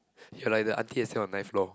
you are like the auntie that stay on ninth floor